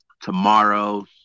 Tomorrow